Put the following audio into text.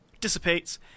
dissipates